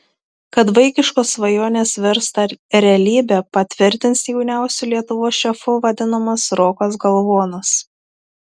kad vaikiškos svajonės virsta realybe patvirtins jauniausiu lietuvos šefu vadinamas rokas galvonas